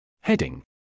Heading